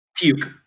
puke